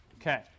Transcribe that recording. Okay